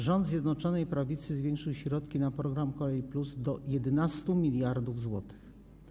Rząd Zjednoczonej Prawicy zwiększył środki na program ˝Kolej+˝ do 11 mld zł.